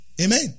Amen